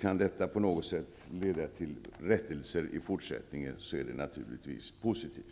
Kan detta på något sätt leda till rättelser i fortsättningen är det naturligtvis positivt.